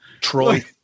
Troy